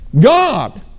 God